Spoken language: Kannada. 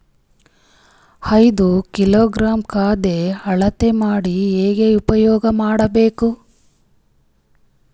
ಐದು ಕಿಲೋಗ್ರಾಂ ಖಾದ್ಯ ಅಳತಿ ಮಾಡಿ ಹೇಂಗ ಉಪಯೋಗ ಮಾಡಬೇಕು?